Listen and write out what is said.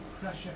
pressure